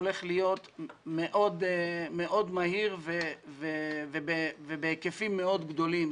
הולך להיות מאוד מהיר ובהיקפים מאוד גדולים.